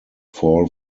fall